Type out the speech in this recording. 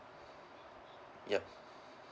ya